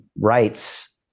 rights